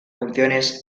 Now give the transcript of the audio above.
funciones